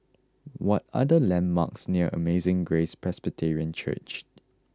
what are the landmarks near Amazing Grace Presbyterian Church